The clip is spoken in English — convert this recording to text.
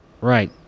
Right